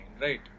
Right